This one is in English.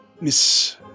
miss